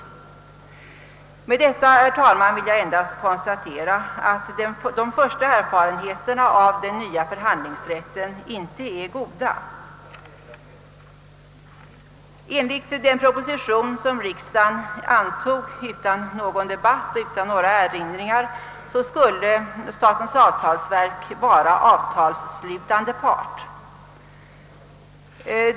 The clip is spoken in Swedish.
Med detta vill jag endast konstatera, herr talman, att de första erfarenheterna av tillämpningen av den nya förhandlingsrättslagen inte är goda. En ligt den proposition, som riksdagen antog utan någon debatt och utan några erinringar, skulle statens avtalsverk vara avtalsslutande part.